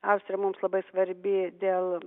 austrija mums labai svarbi dėl